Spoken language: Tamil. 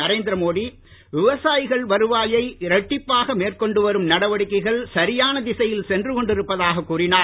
நரேந்திர மோடி விவசாயிகள் வருவாயை இரட்டிப்பாக மேற்கொண்டு வரும் நடவடிக்கைகள் சரியான திசையில் சென்று கொண்டிருப்பதாக கூறினார்